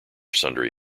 sundry